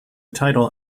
title